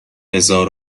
هزار